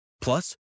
Plus